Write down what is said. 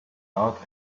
out